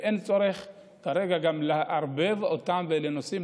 אין צורך כרגע גם לערב אותם בנושאים,